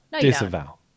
Disavow